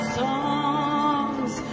songs